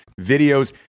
videos